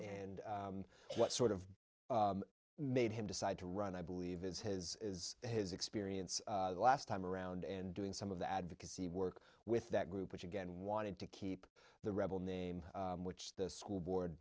and what sort of made him decide to run i believe is his is his experience last time around and doing some of the advocacy work with that group which again wanted to keep the rebel name which the school board